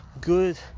good